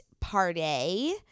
party